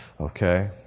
Okay